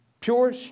pure